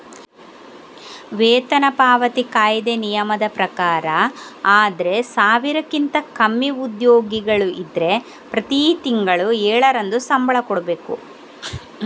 ವೇತನ ಪಾವತಿ ಕಾಯಿದೆ ನಿಯಮದ ಪ್ರಕಾರ ಆದ್ರೆ ಸಾವಿರಕ್ಕಿಂತ ಕಮ್ಮಿ ಉದ್ಯೋಗಿಗಳು ಇದ್ರೆ ಪ್ರತಿ ತಿಂಗಳು ಏಳರಂದು ಸಂಬಳ ಕೊಡ್ಬೇಕು